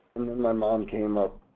then my mom came up,